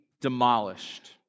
demolished